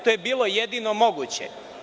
To je bilo jedino moguće.